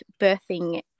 birthing